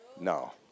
No